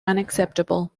unacceptable